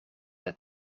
het